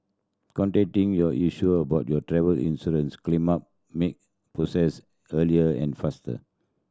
contacting your insurer about your travel insurance claim up help make process easier and faster